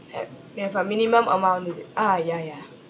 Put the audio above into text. they've they have a minimum amount is it ah ya ya